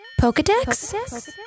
Pokedex